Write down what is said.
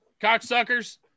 Cocksuckers